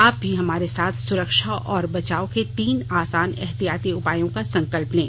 आप भी हमारे साथ सुरक्षा और बचाव के तीन आसान एहतियाती उपायों का संकल्प लें